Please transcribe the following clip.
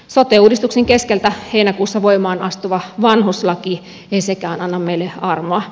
sote uudistuksen keskeltä heinäkuussa voimaan astuva vanhuslaki ei sekään anna meille armoa